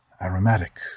Aromatic